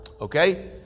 okay